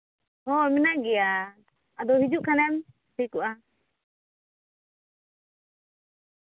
ᱦᱚᱸ ᱢᱮᱱᱟᱜ ᱜᱮᱭᱟ ᱟᱫᱚ ᱦᱤᱡᱩᱜ ᱠᱷᱟᱱᱮᱢ ᱦᱩᱭ ᱠᱚᱜᱼᱟ